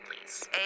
please